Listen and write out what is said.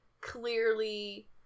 clearly